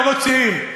כי אתם לא רוצים,